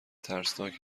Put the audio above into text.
ترسناک